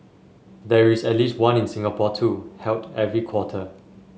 there is at least one in Singapore too held every quarter